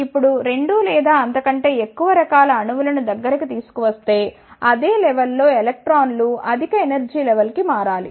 ఇప్పుడు 2 లేదా అంతకంటే ఎక్కువ రకాల అణువు లను దగ్గరికి తీసుకువస్తే అదే లెవల్ లో ఎలక్ట్రాన్లు అధిక ఎనర్జీ లెవల్ కి మారాలి